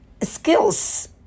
skills